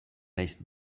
naiz